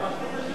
אני מכיר.